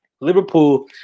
Liverpool